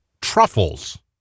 truffles